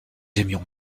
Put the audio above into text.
aimions